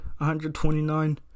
129